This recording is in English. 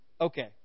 Okay